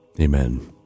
Amen